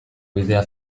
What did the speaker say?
bidea